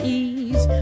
ease